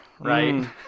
right